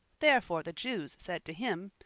therefore the jews said to him,